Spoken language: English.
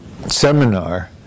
seminar